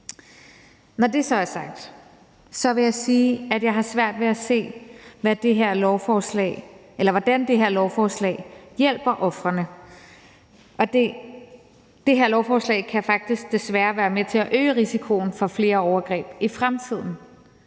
Når det så er sagt, vil jeg sige, at jeg har svært ved at se, hvordan det her lovforslag hjælper ofrene. Faktisk kan det her lovforslag desværre være med til at øge risikoen for flere overgreb i fremtiden.